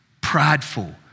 prideful